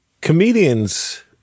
comedians